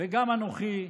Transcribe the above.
וגם אנוכי,